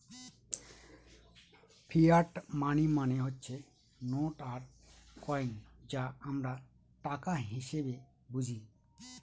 fiat money মানে হচ্ছে note আর কয়েন যা আমরা টাকা হিসেবে বুঝি